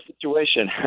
situation